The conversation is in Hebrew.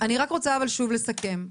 אני רק רוצה שוב לסכם: